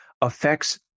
affects